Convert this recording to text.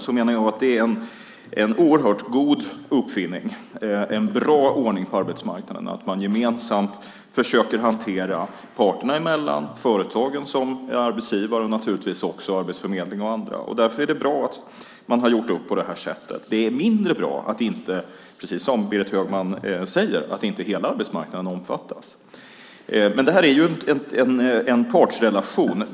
Jag menar att det är en oerhört god uppfinning och en bra ordning på arbetsmarknaden att man gemensamt försöker hantera detta mellan parterna: företagen som är arbetsgivare och naturligtvis också Arbetsförmedlingen och andra. Därför är det bra att man har gjort upp på det här sättet. Det är mindre bra att inte hela arbetsmarknaden omfattas, precis som Berit Högman säger. Det här är en partsrelation.